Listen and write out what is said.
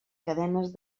cadenes